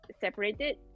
separated